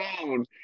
phone